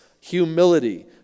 humility